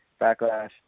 Backlash